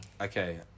okay